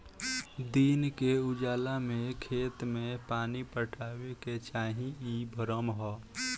दिन के उजाला में खेत में पानी पटावे के चाही इ भ्रम ह